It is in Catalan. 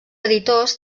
editors